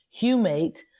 humate